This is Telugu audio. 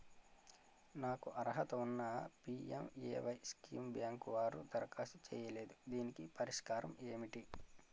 నాకు అర్హత ఉన్నా పి.ఎం.ఎ.వై స్కీమ్ బ్యాంకు వారు దరఖాస్తు చేయలేదు దీనికి పరిష్కారం ఏమిటి?